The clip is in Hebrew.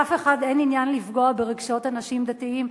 לאף אחד אין עניין לפגוע ברגשות אנשים דתיים,